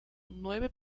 nueve